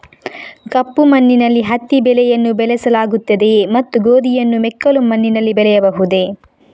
ಕಪ್ಪು ಮಣ್ಣಿನಲ್ಲಿ ಹತ್ತಿ ಬೆಳೆಯನ್ನು ಬೆಳೆಸಲಾಗುತ್ತದೆಯೇ ಮತ್ತು ಗೋಧಿಯನ್ನು ಮೆಕ್ಕಲು ಮಣ್ಣಿನಲ್ಲಿ ಬೆಳೆಯಬಹುದೇ?